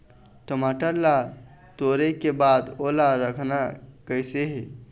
टमाटर ला टोरे के बाद ओला रखना कइसे हे?